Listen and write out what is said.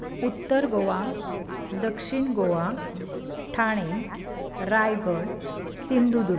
उत्तर गोवा दक्षीण गोवा ठाणे रायगड सिंधुदुर्ग